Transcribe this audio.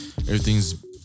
everything's